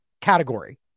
category